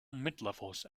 midlevels